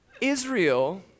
Israel